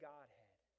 Godhead